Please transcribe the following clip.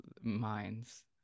minds